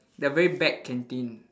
the very bad canteen